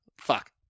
Fuck